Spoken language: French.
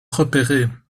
repérer